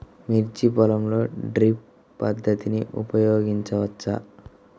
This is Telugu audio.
మిర్చి పొలంలో డ్రిప్ పద్ధతిని ఉపయోగించవచ్చా?